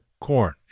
corn